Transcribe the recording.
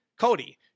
Cody